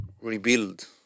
rebuild